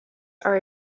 are